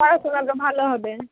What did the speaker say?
তেরোশোর আগে ভালো হবে